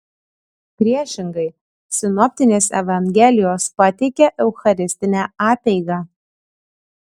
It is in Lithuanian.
priešingai sinoptinės evangelijos pateikia eucharistinę apeigą